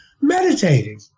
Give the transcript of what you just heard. meditating